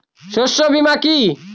শস্য বীমা কি?